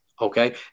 Okay